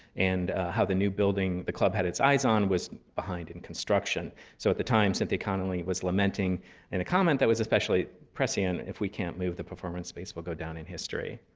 and how the new building the club had its eyes on was behind in construction. so at the time, cynthia connolly was lamenting in a comment that was especially prescient, if we can't move, the performance space will go down in history.